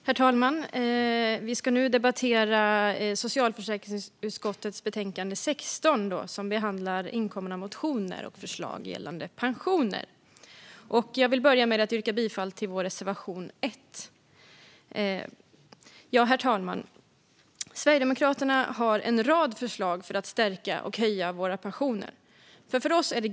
Herr talman! Vi ska nu debattera socialförsäkringsutskottets betänkande 2020/21:SfU16 som behandlar inkomna motioner och förslag gällande pensioner. Jag vill börja med att yrka bifall till reservation 1. Herr talman! Sverigedemokraterna har en rad förslag för att stärka och höja våra pensioner.